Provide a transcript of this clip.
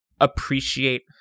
appreciate